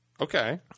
Okay